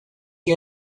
you